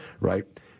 right